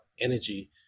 energy